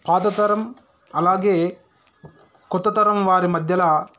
పాత తరం అలాగే కొత్త తరం వారి మధ్యలో